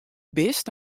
bist